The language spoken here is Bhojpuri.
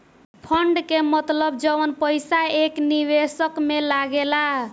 फंड के मतलब जवन पईसा एक निवेशक में लागेला